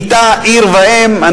באמת ראש-העין נהייתה עיר ואם.